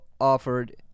offered